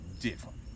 different